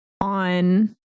on